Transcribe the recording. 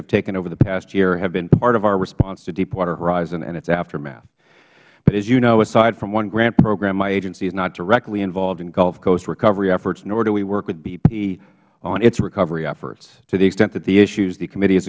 have taken over the past year have been part of our response to deepwater horizon and its aftermath but as you know aside from one grant program my agency is not directly involved in gulf coast recovery efforts nor do we work with bp on its recovery efforts to the extent that the issues the committee is